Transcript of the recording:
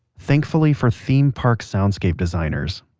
thankfully for theme park soundscape designers,